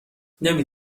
نمی